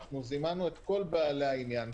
זימנו את כל בעלי העניין.